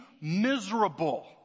miserable